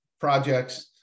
projects